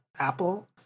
Apple